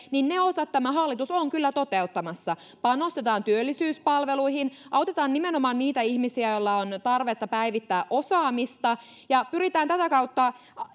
tämä hallitus on kyllä toteuttamassa panostetaan työllisyyspalveluihin autetaan nimenomaan niitä ihmisiä joilla on tarvetta päivittää osaamista ja pyritään tätä kautta